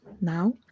now